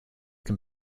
can